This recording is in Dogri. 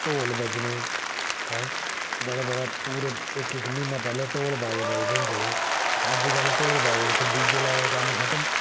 ढोल बज्जने ऐं इक्क इक्क म्हीना पैह्ले ढोल बाजे बज्जदे हुंदे हे ते अज्जकल ढोल बाजे कुत्थै डी जे लाया कम्म खत्म